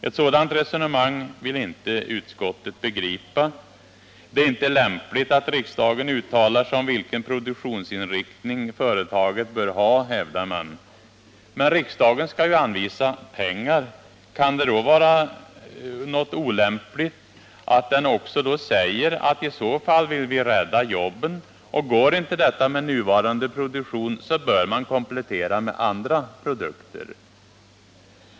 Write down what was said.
Ett sådant resonemang vill inte utskottet begripa. Det är inte lämpligt att riksdagen uttalar sig om vilken produktionsinriktning företaget bör ha, hävdar man. Men riksdagen skall ju anvisa pengar. Kan det då vara något olämpligt att den också säger: I så fall vill vi rädda jobben, går inte detta med nuvarande produktion bör man komplettera med andra produkter?